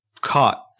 caught